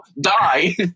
die